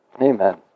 Amen